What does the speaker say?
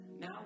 now